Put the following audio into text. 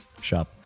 shop